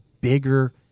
bigger